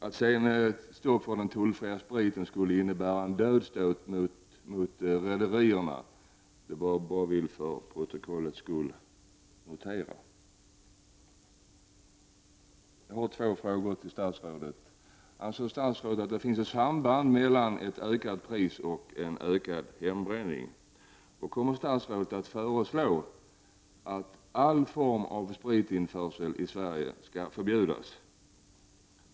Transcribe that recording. Att sedan ett stopp för den tullfria spriten skulle innebära en dödsstöt för rederierna bör vi för protokollets skull notera. Jag har två frågor till statsrådet. Anser statsrådet att det finns ett samband mellan ett ökat alkoholpris och en ökad hembränning? Och kommer statsrådet att föreslå att all form av spritinförsel i Sverige skall förbjudas?